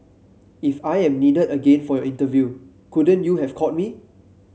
if I am needed again for your interview couldn't you have called me